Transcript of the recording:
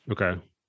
Okay